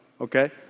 Okay